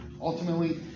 Ultimately